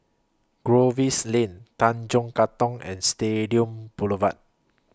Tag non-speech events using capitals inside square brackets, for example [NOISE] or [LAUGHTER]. [UNINTELLIGIBLE] Lane Tanjong Katong and Stadium Boulevard